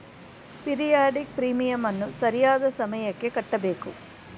periodic ಪ್ರೀಮಿಯಂನ್ನು ಸರಿಯಾದ ಸಮಯಕ್ಕೆ ಕಟ್ಟಬೇಕು